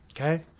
Okay